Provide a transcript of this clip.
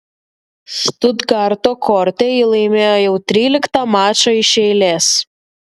štutgarto korte ji laimėjo jau tryliktą mačą iš eilės